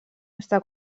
està